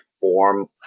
form